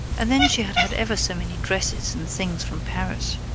and then she had had ever so many dresses and things from paris.